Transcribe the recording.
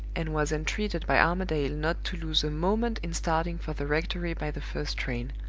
and was entreated by armadale not to lose a moment in starting for the rectory by the first train.